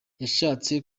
yashatse